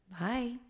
Bye